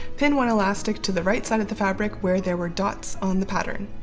pin one elastic to the right side of the fabric where there were dots on the pattern.